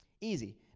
Easy